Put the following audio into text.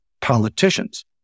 politicians